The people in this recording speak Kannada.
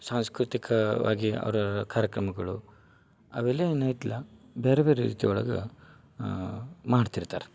ಸಾಂಸ್ಕೃತಿಕವಾಗಿ ಅವ್ರ ಕಾರ್ಯಕ್ರಮಗಳು ಅವೆಲ್ಲ ನೆತ್ಲ ಬೇರೆ ಬೇರೆ ರೀತಿ ಒಳಗೆ ಮಾಡ್ತಿರ್ತಾರೆ